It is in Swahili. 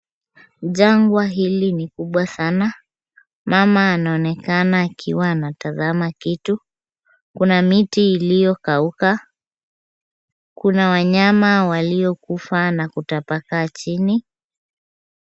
Jangwa hili ni kubwa sana. Mama anaonekana akiwa anatazama kitu. Kuna miti iliyokauka. Kuna wanyama waliokufa na kutapakaa chini.